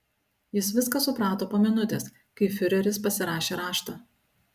jis viską suprato po minutės kai fiureris pasirašė raštą